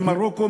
ממרוקו,